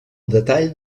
detall